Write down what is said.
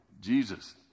Jesus